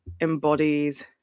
embodies